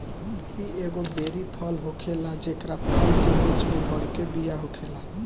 इ एगो बेरी फल होखेला जेकरा फल के बीच में बड़के बिया होखेला